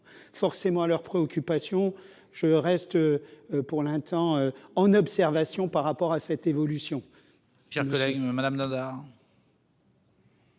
forcément à leurs préoccupations, je reste pour l'instant en observation par rapport à cette évolution.